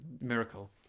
miracle